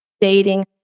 dating